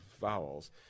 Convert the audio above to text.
vowels